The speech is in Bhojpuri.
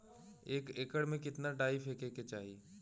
एक एकड़ में कितना डाई फेके के चाही?